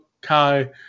Kai